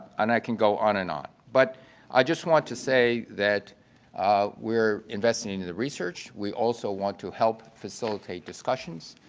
and i can go on and on. but i just want to say that we're investing into the research, we also want to help facilitate discussions,